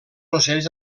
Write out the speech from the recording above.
ocells